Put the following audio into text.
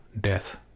death